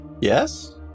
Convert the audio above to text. yes